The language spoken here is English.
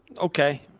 Okay